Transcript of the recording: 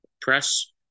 press